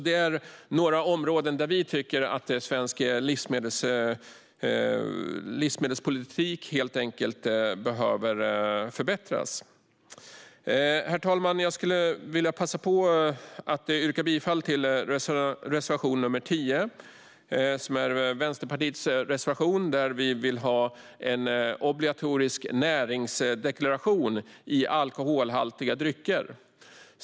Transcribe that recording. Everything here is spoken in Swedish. Detta är några områden där vi tycker att svensk livsmedelspolitik behöver förbättras. Herr talman! Jag yrkar bifall till Vänsterpartiets reservation nr 10, där vi vill ha en obligatorisk näringsdeklaration för alkoholhaltiga drycker.